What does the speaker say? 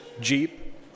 Jeep